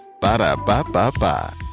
Ba-da-ba-ba-ba